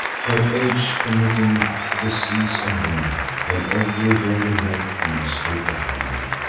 her age committing to the seas and wind, when ev'ry weary matron stay'd behind.